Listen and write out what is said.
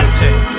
take